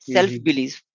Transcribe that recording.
Self-Belief